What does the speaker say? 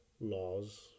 laws